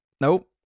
Nope